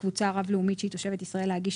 בקבוצה הרב-לאומית שהיא תושבת ישראל להגיש